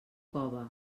cove